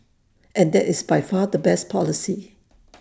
and that is by far the best policy